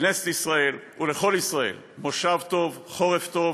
לכנסת ישראל ולכל ישראל: מושב טוב, חורף טוב,